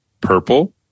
purple